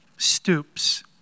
stoops